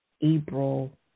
April